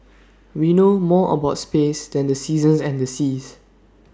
we know more about space than the seasons and the seas